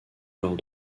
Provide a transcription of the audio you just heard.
lors